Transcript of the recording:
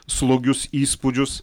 slogius įspūdžius